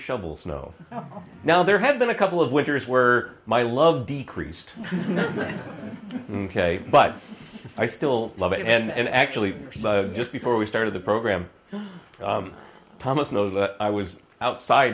shovel snow now there have been a couple of winters were my love decreased ok but i still love it and actually just before we started the program thomas knows that i was outside